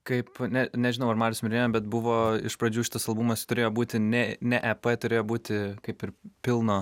kaip ne nežinau ar marius minėjo bet buvo iš pradžių šitas albumas turėjo būti ne ne ep turėjo būti kaip ir pilno